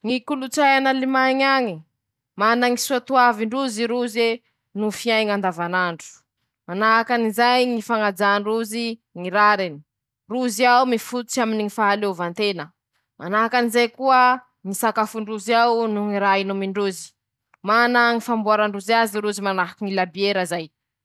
Manahaky anizao moa ñy kolotsay añy Rosia: - Rozy añy mañaja ñy lilin- draza drozy ro mbo mità ñy lily nandesiny ñy razan<…>drozy koa zisiky henaniky zao, ñ'olo añy mijabo ñy sakafo nandesiny ñy razandrozy ro mbo mana ñy maha izy azy androzy koa aminy ñy firenendrozy ao.